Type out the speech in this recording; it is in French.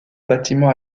bâtiment